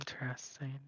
Interesting